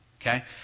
Okay